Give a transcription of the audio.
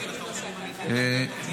בעד.